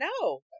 no